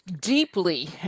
deeply